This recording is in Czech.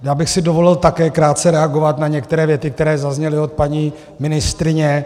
Já bych si dovolil také krátce reagovat na některé věty, které zazněly od paní ministryně.